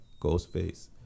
Ghostface